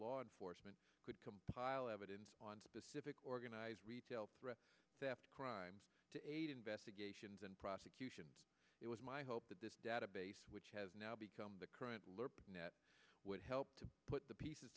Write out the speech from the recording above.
law enforcement could compile evidence on specific organized retail theft crimes to aid investigations and prosecutions it was my hope that this database which has now become the current loop net would help to put the pieces